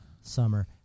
summer